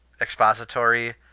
expository